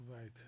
Right